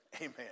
Amen